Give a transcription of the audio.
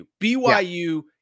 BYU